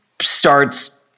starts